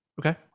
Okay